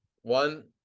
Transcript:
one